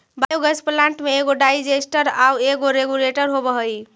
biogas plant में एगो digester आउ एगो रेगुलेटर होवऽ हई